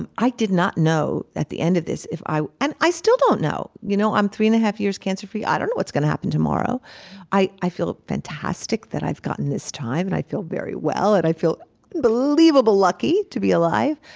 i did not know at the end of this if i and i still don't know. you know i'm three and a half years cancer-free. i don't know what's going to happen tomorrow i i feel fantastic that i've gotten this time. and i feel very well. and i feel unbelievably lucky to be alive.